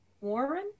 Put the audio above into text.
warren